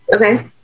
Okay